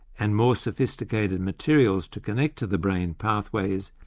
and more sophisticated materials to connect to the brain pathways,